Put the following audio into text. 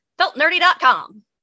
Feltnerdy.com